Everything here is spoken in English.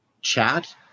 chat